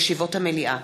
ישיבות המליאה".